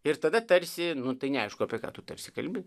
ir tada tarsi tai neaišku apie ką tu tarsi kalbi